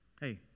hey